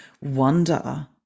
wonder